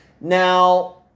Now